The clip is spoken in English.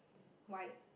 white